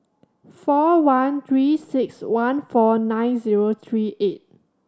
four one Three Six One four nine zero three eight